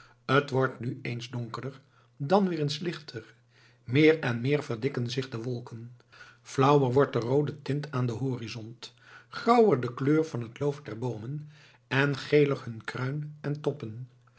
t wordt nu eens donkerder dan weer iets lichter meer en meer verdikken zich de wolken flauwer wordt de roode tint aan den horizont grauwer de kleur van het loof der boomen en geler hun kruin en toppen